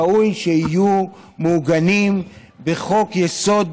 ראוי שיהיו מעוגנים בחוק-יסוד